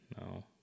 No